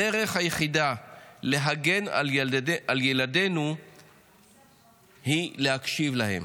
הדרך היחידה להגן על ילדינו היא להקשיב להם.